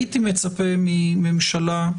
הייתי מצפה מממשלה,